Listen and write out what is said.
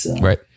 Right